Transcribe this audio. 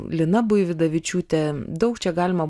lina buividavičiūtė daug čia galima